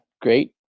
great